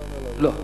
לא.